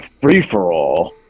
free-for-all